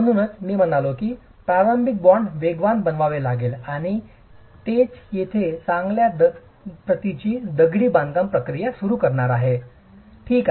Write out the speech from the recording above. म्हणूनच मी म्हणालो की प्रारंभिक बाँड वेगवान बनवावे लागेल आणि तेच येथे चांगल्या प्रतीची दगडी बांधकाम प्रक्रिया सुरू करणार आहे ठीक आहे